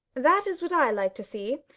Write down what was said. that is what i like to see!